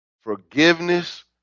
Forgiveness